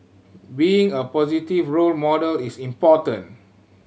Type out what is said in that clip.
being a positive role model is important